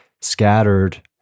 scattered